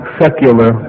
secular